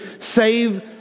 save